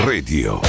Radio